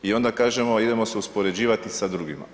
I onda kažemo, idemo se uspoređivati sa drugima.